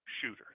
shooter